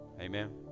amen